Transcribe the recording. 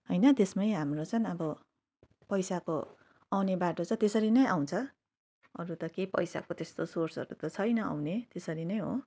होइन त्यसमै हाम्रो चाहिँ अब पैसाको आउने बाटो छ त्यसरी नै आउँछ अरू त के पैसाको त्यस्तो सोर्सहरू त छैन आउने त्यसरी नै हो